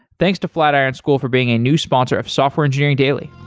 thanks to flatiron school for being a new sponsor of software engineering daily.